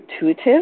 intuitive